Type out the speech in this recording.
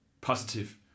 positive